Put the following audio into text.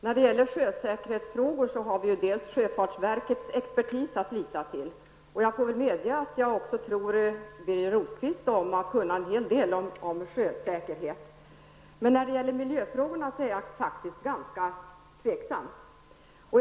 Fru talman! I sjösäkerhetsfrågor har vi sjöfartsverkets expertis att lita till. Men jag får medge att jag också tror Birger Rosqvist om att kunna en del om sjösäkerhet. Däremot är jag tveksam till om han kan tillräckligt mycket om miljöfrågor.